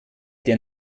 der